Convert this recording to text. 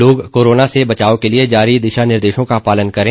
लोग कोरोना से बचाव के लिए जारी दिशा निर्देशों का पालन करें